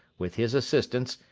with his assistants,